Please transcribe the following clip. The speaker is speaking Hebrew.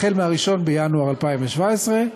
החל מ-1 בינואר 2017,